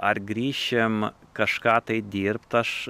ar grįšim kažką tai dirbt aš